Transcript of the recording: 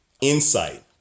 insight